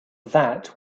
that